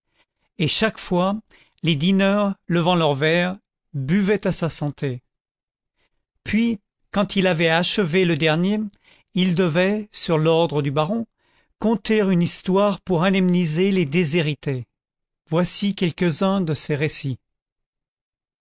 et chaque fois les dîneurs levant leurs verres buvaient à sa santé puis quand il avait achevé le dernier il devait sur l'ordre du baron conter une histoire pour indemniser les déshérités voici quelques-uns de ces récits